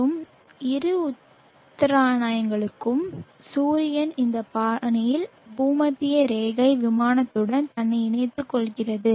மற்றும் இரு உத்தராயணங்களுக்கும் சூரியன் இந்த பாணியில் பூமத்திய ரேகை விமானத்துடன் தன்னை இணைத்துக் கொள்கிறது